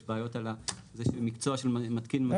זה מקצוע של מתקין מזגנים מוסמך,